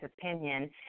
opinion